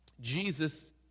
Jesus